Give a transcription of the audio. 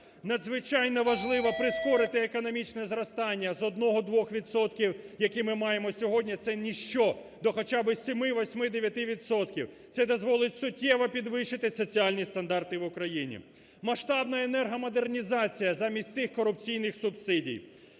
Надзвичайно важливо прискорити економічне зростання з 1-2 відсотків, які ми маємо сьогодні, це ніщо, до хоча би 7, 8, 9 відсотків, це дозволить суттєво підвищити соціальні стандарти в Україні. Масштабна енергомодернізація замість цих корупційних субсидій.